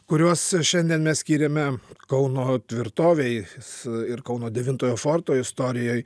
kuriuos šiandien mes skyrėme kauno tvirtovei ir kauno devintojo forto istorijoj